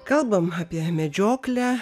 kalbam apie medžioklę